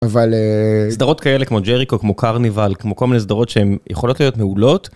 אבל סדרות כאלה כמו ג'ריק או כמו קרניבל כמו כל מיני סדרות שהן יכולות להיות מעולות.